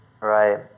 right